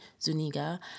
Zuniga